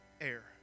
air